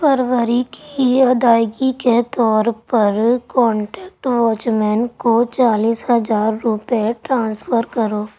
فروری کی ادائیگی کے طور پر کانٹیکٹ واچ مین کو چالیس ہزار روپے ٹرانسفر کرو